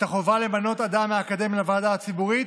החובה למנות אדם מהאקדמיה לוועדה הציבורית,